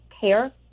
care